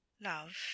Love